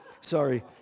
sorry